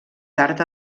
tard